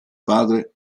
padre